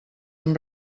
amb